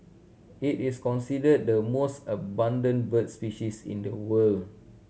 it is considered the most abundant birds species in the world